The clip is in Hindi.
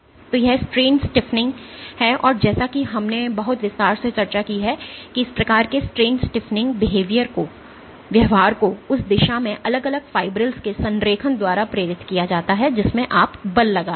तो यह स्ट्रेन स्टीफनिंग है और जैसा कि हमने बहुत विस्तार से चर्चा की है कि इस प्रकार के स्ट्रेन स्टीफनिंग बिहेवियर को उस दिशा में अलग अलग फाइब्रिल्स के संरेखण द्वारा प्रेरित किया जाता है जिसमें आप बल लगा रहे हैं